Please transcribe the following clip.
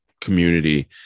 community